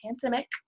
pandemic